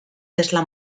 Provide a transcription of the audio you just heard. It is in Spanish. tesla